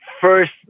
first